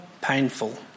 painful